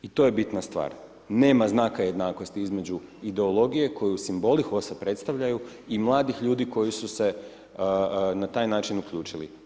I to je bitna stvar, nema znaka jednakosti između ideologije koju simboli HOS-a predstavljaju i mladih ljudi koji su se na taj način uključili.